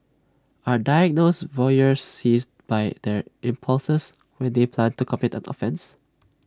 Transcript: are diagnosed voyeurs seized by their impulses when they plan to commit an offence